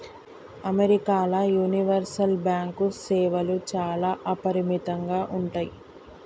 అమెరికాల universal bank సేవలు చాలా అపరిమితంగా ఉంటయ్